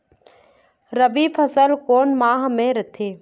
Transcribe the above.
रबी फसल कोन माह म रथे?